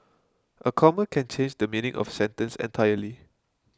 a comma can change the meaning of sentence entirely